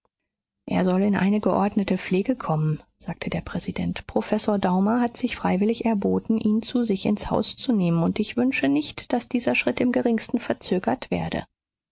er soll in eine geordnete pflege kommen sagte der präsident professor daumer hat sich freiwillig erboten ihn zu sich ins haus zu nehmen und ich wünsche nicht daß dieser schritt im geringsten verzögert werde